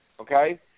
Okay